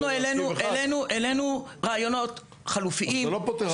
אנחנו העלינו רעיונות חלופיים ש --- אתה לא פותר את הבעיה,